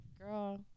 girl